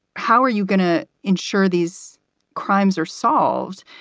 how are you going to ensure these crimes are solved?